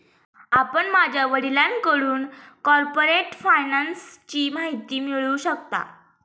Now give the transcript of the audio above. आपण माझ्या वडिलांकडून कॉर्पोरेट फायनान्सची माहिती मिळवू शकता